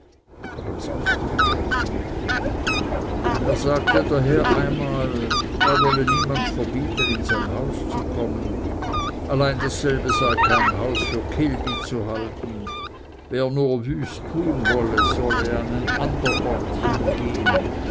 aber es mußte geschehen er sagte daher einmal er wolle niemand verbieten in sein haus zu kommen allein dasselbe sei kein haus für kilbi zu halten wer nur wüst tun wolle solle an ein ander ort hingehen